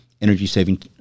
energy-saving